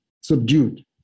subdued